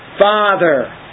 Father